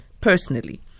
personally